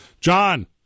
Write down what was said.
John